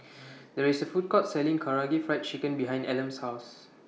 There IS A Food Court Selling Karaage Fried Chicken behind Elam's House